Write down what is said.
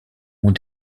mont